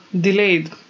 delayed